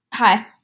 Hi